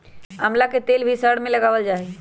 आमला के तेल भी सर में लगावल जा हई